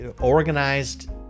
organized